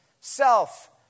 self